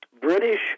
British